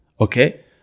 okay